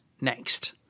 next